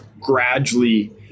gradually